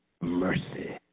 mercy